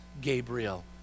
Gabriel